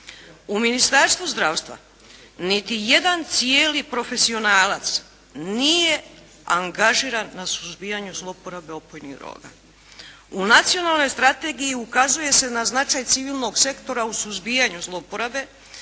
U Ministarstvu zdravstva niti jedan cijeli profesionalac nije angažiran na suzbijanju zloporabe opojnih droga. U nacionalnoj strategiji ukazuje se na značaj civilnog sektora u suzbijanju zloporabe,